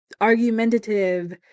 argumentative